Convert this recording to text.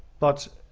but